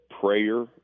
prayer